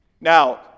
Now